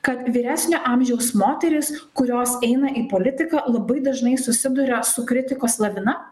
kad vyresnio amžiaus moterys kurios eina į politiką labai dažnai susiduria su kritikos lavina